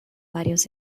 varios